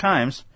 Times